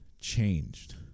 changed